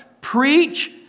Preach